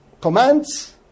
commands